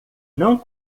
não